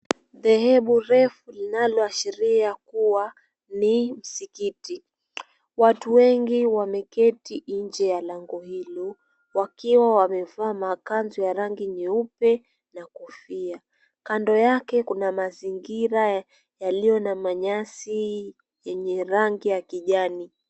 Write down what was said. Dhehebu refu linaloashiria kuwa ni msikiti. Watu wengi wameketi nje ya lango hilo wakiwa wamevaa makanzu ya rangi nyeupe na kofia. Kando yake kuna mazingira yaliyo na manyasi yenye rangi ya kijani.